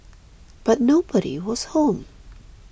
but nobody was home